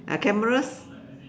uh cameras